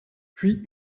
puis